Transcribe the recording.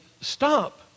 stop